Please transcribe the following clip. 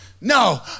No